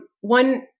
one